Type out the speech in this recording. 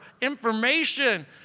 information